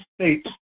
states